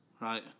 Right